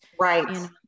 right